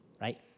right